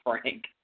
Frank